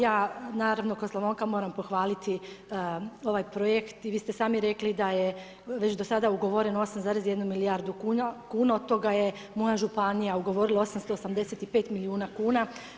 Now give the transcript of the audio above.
Ja, naravno, kao Slavonka, moram pohvaliti ovaj Projekt i vi ste sami rekli da je već do sada ugovoreno 8,1 milijardu kuna, od toga je moja županija ugovorila 885 milijuna kuna.